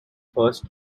first